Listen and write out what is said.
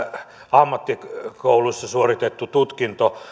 ammattikouluissa suoritettu tutkinto